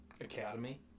Academy